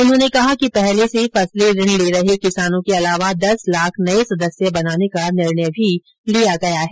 उन्होंने कहा कि पहले से फसली ऋण ले रहे किसानों के अलावा दस लाख नये सदस्य बनाने का निर्णय भी लिया गया है